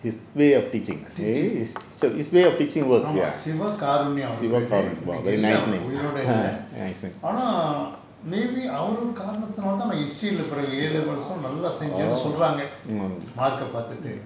teaching ஆமா:aama siva kaarunyam அவரு பேரு இன்னைக்கு இல்ல அவரு உயிரோட இல்ல ஆனா:avaru peru innaikku illa avaru uyirode illa aana maybe அவரு காரணத்துனால் தான் நான்:avaru kaaranathunaal thaan naan history leh பிறகு:piraku A levels லாம் நல்லா செஞ்சன்னு சொல்றாங்க:laam nallaa senjannu solraanga mark ah பார்த்துட்டு:parthuttu